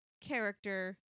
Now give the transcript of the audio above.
character